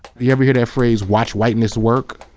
you ever hear that phrase, watch whiteness work?